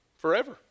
forever